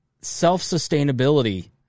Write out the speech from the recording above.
self-sustainability